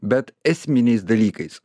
bet esminiais dalykais